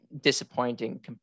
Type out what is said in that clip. disappointing